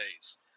days